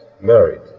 married